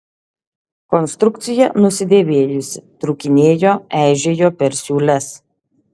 konstrukcija nusidėvėjusi trūkinėjo eižėjo per siūles